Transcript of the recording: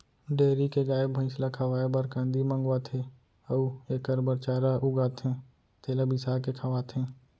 dairy के गाय, भँइस ल खवाए बर कांदी मंगवाथें अउ एकर बर चारा उगाथें तेला बिसाके खवाथें